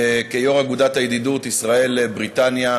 כיו"ר אגודת הידידות ישראל-בריטניה,